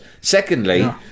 Secondly